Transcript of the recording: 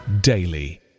daily